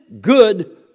good